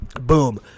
Boom